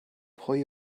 pwy